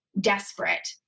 desperate